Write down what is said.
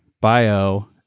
bio